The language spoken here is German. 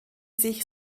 sich